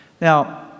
now